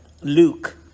luke